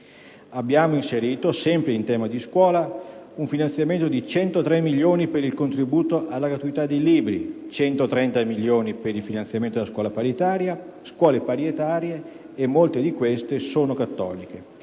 Abbiamo inserito, sempre in tema di scuola, un finanziamento di 103 milioni per il contributo alla gratuità dei libri, di 130 milioni per il finanziamento della scuola paritaria (molte delle scuole paritarie sono cattoliche